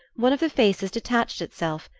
one of the faces detached itself,